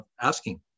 asking